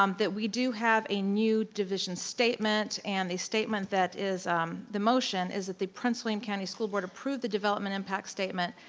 um that we do have a new division statement and the statement that is in um the motion is that the prince william county school board approve the development impact statement,